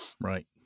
Right